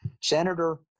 senator